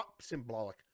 symbolic